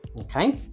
okay